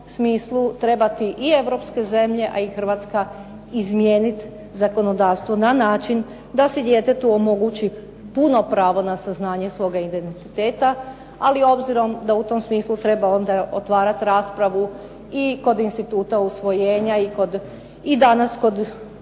trebati i europske zemlje, a i Hrvatska izmijeniti zakonodavstvo na način da se djetetu omogući puno pravo na saznanje svoga identiteta, ali obzirom da u tom smislu treba onda otvarati raspravu i kod Instituta usvojenja i danas kod